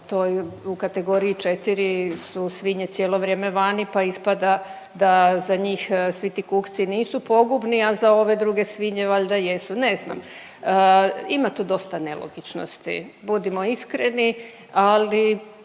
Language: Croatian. kategoriji četiri su svinje cijelo vrijeme vani, pa ispada da za njih svi ti kukci nisu pogubni, a za ove druge svinje valjda jesu. Ne znam, ima tu dosta nelogičnosti budimo iskreni, ali